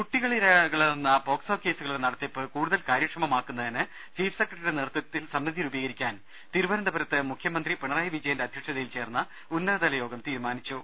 കുട്ടികൾ ഇരകളാകുന്ന പോക്സോ കേസുകളുടെ നടത്തിപ്പ് കൂടുതൽ കാര്യക്ഷമമാക്കുന്നതിന് ചീഫ് സെക്രട്ടറിയുടെ നേതൃത്വത്തിൽ സമിതി രൂപീകരി ക്കാൻ തിരുവനന്തപുരത്ത് മുഖ്യമന്ത്രി പിണറായി വിജയന്റെ അധ്യക്ഷതയിൽ ചേർന്ന ഉന്നതതലയോഗം തീരുമാനിച്ചു